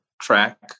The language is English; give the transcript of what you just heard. track